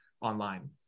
online